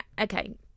Okay